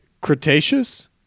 Cretaceous